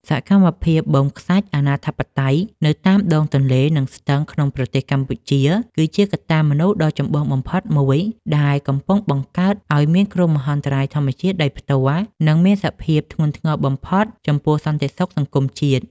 សកម្មភាពបូមខ្សាច់អនាធិបតេយ្យនៅតាមដងទន្លេ និងស្ទឹងក្នុងប្រទេសកម្ពុជា គឺជាកត្តាមនុស្សដ៏ចម្បងបំផុតមួយ ដែលកំពុងបង្កើតឱ្យមានគ្រោះមហន្តរាយធម្មជាតិដោយផ្ទាល់ និងមានសភាពធ្ងន់ធ្ងរបំផុតចំពោះសន្តិសុខសង្គមជាតិ។